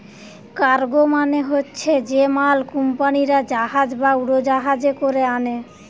cargo মানে হচ্ছে যে মাল কুম্পানিরা জাহাজ বা উড়োজাহাজে কোরে আনে